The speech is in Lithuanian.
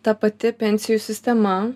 ta pati pensijų sistema